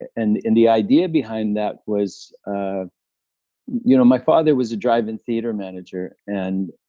and and the idea behind that was. ah you know, my father was a drive-in theater manager, and